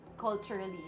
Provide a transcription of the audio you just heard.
Culturally